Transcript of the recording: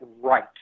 right